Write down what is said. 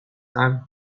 time